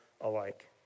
alike